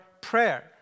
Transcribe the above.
prayer